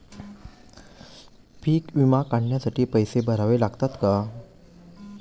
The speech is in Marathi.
पीक विमा काढण्यासाठी पैसे भरावे लागतात का?